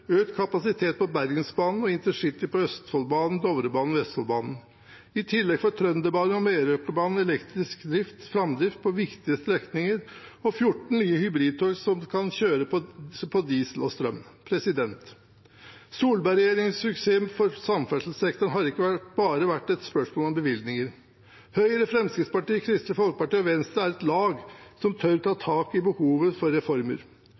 økt kapasitet på Bergensbanen og intercity på Østfoldbanen, Dovrebanen og Vestfoldbanen. I tillegg får Trønderbanen og Meråkerbanen elektrisk framdrift på viktige strekninger og 14 nye hybridtog som kan kjøre på diesel og strøm. Solberg-regjeringens suksess på samferdselssektoren har ikke bare vært et spørsmål om bevilgninger. Høyre, Fremskrittspartiet, Kristelig Folkeparti og Venstre er et lag som tør å ta tak i behovet for reformer.